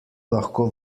lahko